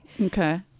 Okay